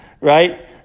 Right